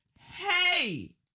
Hey